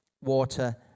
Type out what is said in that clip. water